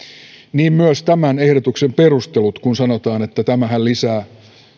niin myös tämän ehdotuksen perustelut kun sanotaan että tämähän lisää